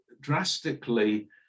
drastically